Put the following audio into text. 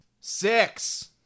Six